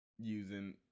using